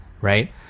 right